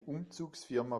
umzugsfirma